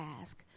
ask